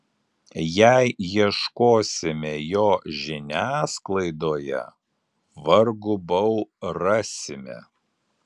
jei ieškosime jo žiniasklaidoje vargu bau rasime